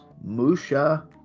Musha